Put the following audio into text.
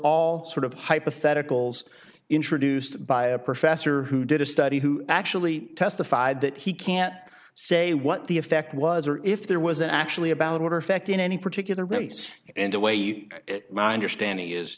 all sort of hypotheticals introduced by a professor who did a study who actually testified that he can't say what the effect was or if there was actually about order effect in any particular race and await my understanding is